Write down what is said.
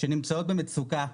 שנמצאות במצוקה.